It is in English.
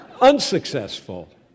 unsuccessful